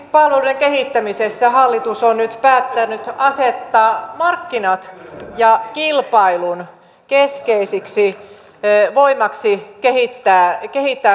hyvinvointipalveluiden kehittämisessä hallitus on nyt päättänyt asettaa markkinat ja kilpailun keskeiseksi voimaksi kehittää hyvinvointipalveluita